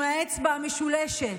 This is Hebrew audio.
עם האצבע המשולשת,